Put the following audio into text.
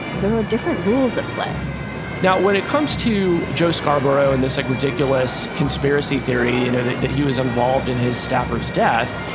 there are different rules at play now, when it comes to joe scarborough and this like ridiculous conspiracy theory you know that that he was involved in his staffers death,